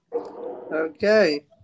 Okay